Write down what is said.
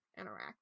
interact